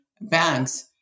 banks